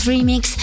Remix